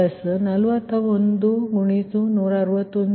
55K214324K1K2 Rshr